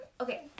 Okay